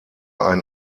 ein